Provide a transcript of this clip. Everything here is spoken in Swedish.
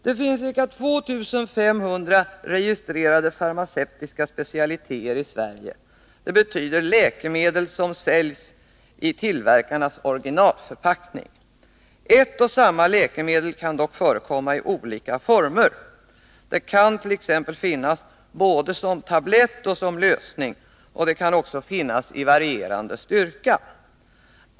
Det finns ca 2 500 registrerade farmaceutiska specialiteter i Sverige, dvs. läkemedel som säljs i tillverkarnas originalförpackning. Ett och samma läkemedel kan dock förekomma i olika former. Det kan t.ex. finnas både som tablett och som lösning, och det kan också finnas i varierande styrka.